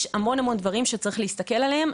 יש המון-המון דברים שצריך להסתכל עליהם.